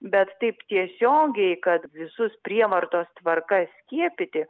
bet taip tiesiogiai kad visus prievartos tvarka skiepyti